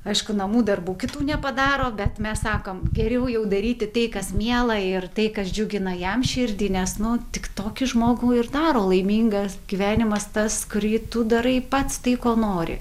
aišku namų darbų kitų nepadaro bet mes sakom geriau jau daryti tai kas miela ir tai kas džiugina jam širdį nes nu tik tokį žmogų ir daro laimingas gyvenimas tas kurį tu darai pats tai ko nori